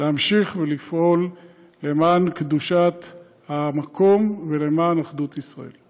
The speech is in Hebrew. להמשיך לפעול למען קדושת המקום ולמען אחדות ישראל.